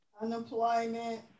unemployment